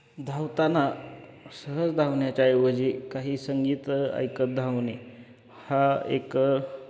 धावताना सहज धावण्याच्या ऐवजी काही संगीत ऐकत धावणे हा एक